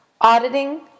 Auditing